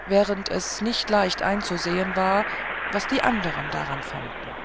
während es nicht leicht einzusehen war was die anderen daran fanden